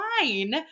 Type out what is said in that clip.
fine